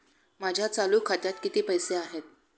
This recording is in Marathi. माझ्या चालू खात्यात किती पैसे आहेत?